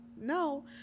no